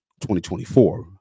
2024